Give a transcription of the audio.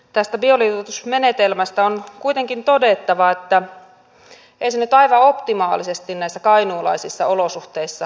tästä bioliuotusmenetelmästä on kuitenkin todettava että ei se nyt aivan optimaalisesti näissä kainuulaisissa olosuhteissa mene